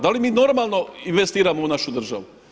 Da li mi normalno investiramo u našu državu?